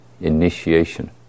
initiation